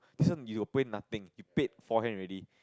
this one you will pay nothing you paid forehand already